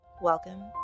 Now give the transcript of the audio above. Welcome